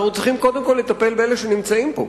אנחנו צריכים קודם כול לטפל באלה שנמצאים פה,